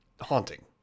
haunting